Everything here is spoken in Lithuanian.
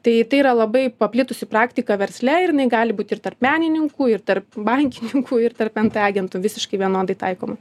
tai tai yra labai paplitusi praktika versle ir jinai gali būt ir tarp menininkų ir tar bankininkų ir tarp nt agentų visiškai vienodai taikoma